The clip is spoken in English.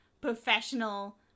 professional